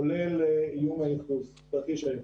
כולל תרחיש הייחוס.